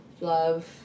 love